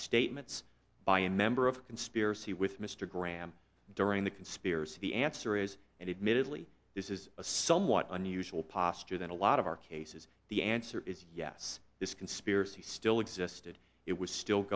statements by a member of conspiracy with mr graham during the conspiracy the answer is and admittedly this is a somewhat unusual posture than a lot of our cases the answer is yes this conspiracy still existed it was still